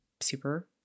super